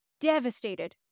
devastated